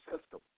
system